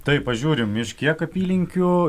tai pažiūrim iš kiek apylinkių